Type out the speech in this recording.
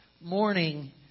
morning